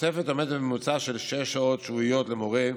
התוספת עומדת בממוצע של שש שעות שבועיות למורה,